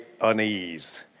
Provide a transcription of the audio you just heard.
unease